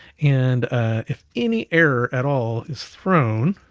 and if any error at all is thrown